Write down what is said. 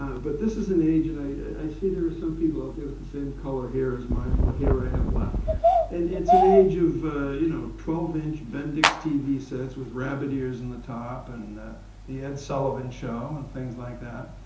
but this is an age and i see there are some people out there with the same color here as mine, what hair i have left and it's an age of you know twelve inch bendix tv sets with rabbit ears in the top, and the ed sullivan show, and things like that.